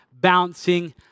bouncing